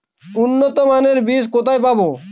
উন্নতমানের বীজ কোথায় পাব?